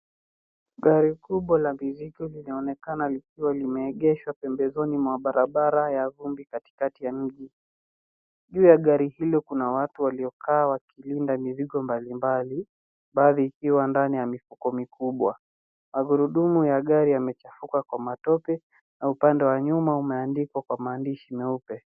Gari kubwa la mizigo linaonekana likiwa limeegeshwa pembezoni mwa barabara ya vumbi katikati ya mji. Juu ya gari hilo kuna watu waliokaa wakilinda mizigo mbalimbali baadhi ikiwa ndani ya mifuko mikubwa. Magurudumu ya gari yamechafuka kwa matope na upande wa nyuma umeandikwa kwa maandishi meupe.